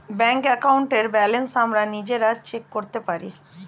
bank অ্যাকাউন্টের balance আমরা নিজেরা চেক করতে পারি